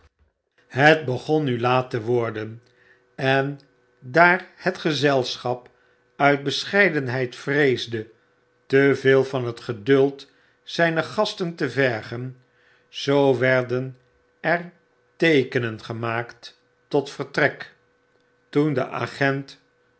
het begon nu laat te worden en daar het gezelschap uit bescheidenheid vreesde teveel van het geduld zyner gasten te vergen zoo werden er teekenen gemaakt tot vertrek toen de agent